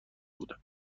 بودم